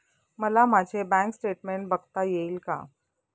मला माझे bank statement बघता येईल का?